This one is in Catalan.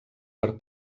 per